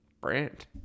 brand